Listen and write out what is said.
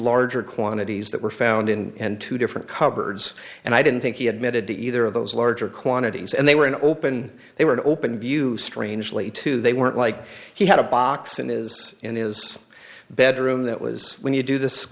larger quantities that were found in and two different cupboards and i didn't think he admitted to either of those larger quantities and they were in open they were open view strangely too they weren't like he had a box in is in his bedroom that was when you do this